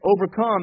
overcome